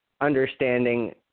understanding